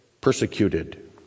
persecuted